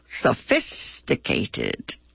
sophisticated